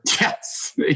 Yes